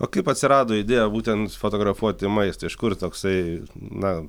o kaip atsirado idėja būtent fotografuoti maistą iš kur toksai na